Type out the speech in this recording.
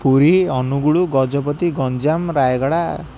Puri Angul Gajapati Ganjam Rayagada